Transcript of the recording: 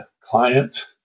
client